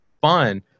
fun